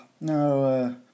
no